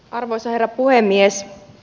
arvoisa herra puhemies